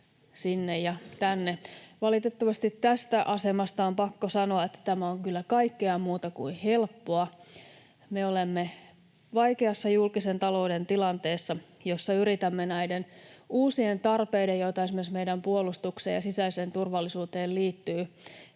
sinne ja tänne. Valitettavasti tästä asemasta on pakko sanoa, että tämä on kyllä kaikkea muuta kuin helppoa. Me olemme vaikeassa julkisen talouden tilanteessa, jossa on näitä uusia tarpeita, joita esimerkiksi meidän puolustukseen ja sisäiseen turvallisuuteen liittyy